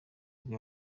nibwo